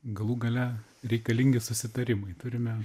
galų gale reikalingi susitarimai turime